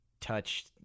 touch